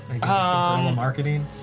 marketing